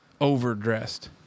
overdressed